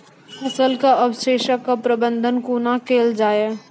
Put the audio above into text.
फसलक अवशेषक प्रबंधन कूना केल जाये?